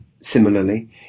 similarly